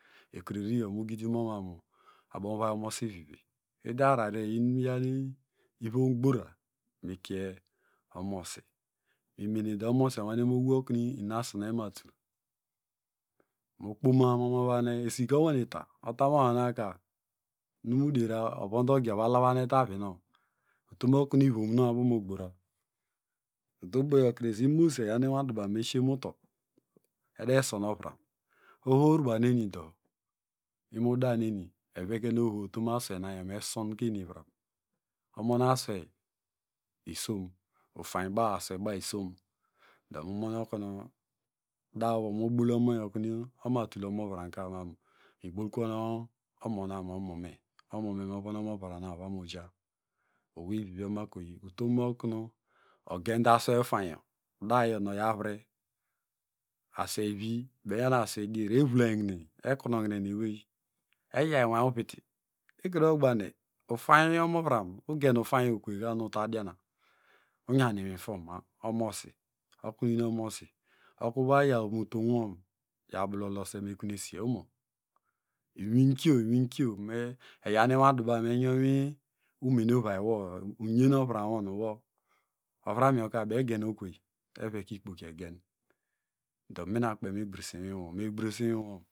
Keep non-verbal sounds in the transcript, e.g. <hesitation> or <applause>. Ekureriyo mugid mon manmu <hesitation> abom u ụvay omomosivivi ude ararayo iyan womgbora mikie omomosi mi mene dọ omomosi owene mowa okunu inuasuno imatul <hesitation> mokpane mọ mavakine esika owaneta otamu ohanhina ka nunu muderiya ovonde oge ova lavanete avinow utomu okunu ivonow abokunumogborar <hesitation> utom boye krese imomosi eyam inwadubaw eya me sise kutọ ede sọn ovram ohorbanrni dọ imu da neni eveken oho mesonkeni ivram omon asweiy isom, ufainybaw aswey baw isom dọ mu monu okum da wọ mobol omoyo kunu oma tul omovram ovaja <hesitation> ebokuwon omona mamu, omome omome movonu omomai ovaja oweyvivi omokavaja utomu okumu ogende aswey ufanyo dayo nu oyo avre <hesitation> aswewi baw enyan aswey dier evlanhirie. eknonhine nu ewey eyaw inway uvite ekrenogbagine ufany omovram ugenufainy okuvey kpenu utadiana uyan inwi fwom omosi nu oyinu omomosi okuva yam utomwo blolosemya ekunesi inwikio inwikio eyanu inwadubaw enyin mu umeneuvaiwo unyen ovramwo nuwo ovramiyo ka baw egen okwei eveke ikpoki egen dọ minakpe me gbresinwiwo, megbresinwiwo.